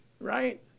right